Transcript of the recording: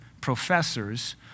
professors